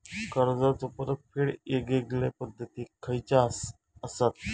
कर्जाचो परतफेड येगयेगल्या पद्धती खयच्या असात?